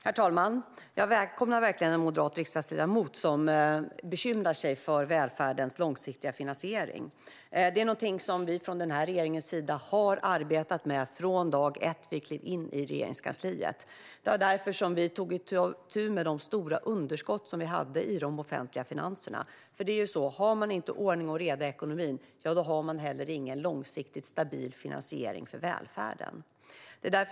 Herr talman! Jag välkomnar verkligen en moderat riksdagsledamot som bekymrar sig för välfärdens långsiktiga finansiering. Det är något som vi från regeringens sida har arbetat med från dag ett när vi klev in i Regeringskansliet. Vi tog itu med de stora underskotten i de offentliga finanserna, för om man inte har ordning och reda i ekonomin har man heller ingen långsiktigt stabil finansiering av välfärden.